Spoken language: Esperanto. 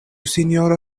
sinjoro